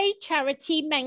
charity